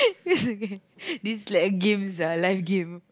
okay this like a game sia life game